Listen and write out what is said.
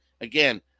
again